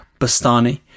Bastani